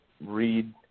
Read